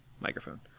Microphone